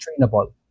trainable